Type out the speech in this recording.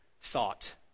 thought